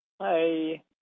Hi